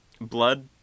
Blood